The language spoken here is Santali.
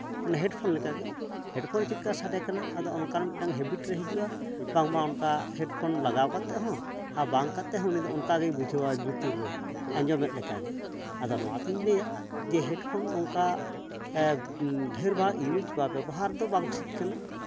ᱢᱟᱱᱮ ᱦᱮᱰᱯᱷᱚᱱ ᱞᱮᱠᱟᱜᱮ ᱦᱮᱰᱯᱷᱳᱱᱨᱮ ᱪᱮᱫ ᱞᱮᱠᱟ ᱥᱟᱰᱮᱠᱟᱱᱟ ᱟᱫᱚ ᱚᱱᱠᱟᱱ ᱢᱤᱫᱴᱟᱱ ᱦᱮᱵᱤᱴ ᱨᱮ ᱦᱤᱡᱩᱜᱼᱟ ᱵᱟᱝᱢᱟ ᱚᱱᱠᱟ ᱦᱮᱰᱯᱷᱚᱱ ᱞᱟᱜᱟᱣ ᱠᱟᱛᱮᱜ ᱦᱚᱸ ᱟᱨ ᱵᱟᱝ ᱠᱟᱛᱮᱜ ᱦᱚᱸ ᱩᱱᱤᱫᱚ ᱚᱱᱠᱟᱜᱮ ᱵᱩᱡᱷᱟᱹᱣᱟᱭ ᱞᱩᱛᱩ ᱨᱮ ᱟᱸᱡᱚᱢᱮᱛ ᱞᱮᱠᱟᱜᱮ ᱟᱫᱚ ᱚᱱᱟᱛᱤᱧ ᱞᱟᱹᱭᱟ ᱦᱮᱰᱯᱷᱳᱱ ᱚᱱᱠᱟ ᱰᱷᱮᱨ ᱵᱟᱨ ᱤᱭᱩᱡᱽ ᱵᱟ ᱵᱮᱵᱚᱦᱟᱨ ᱫᱚ ᱵᱟᱝ ᱴᱷᱤᱠ ᱠᱟᱱᱟ